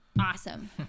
awesome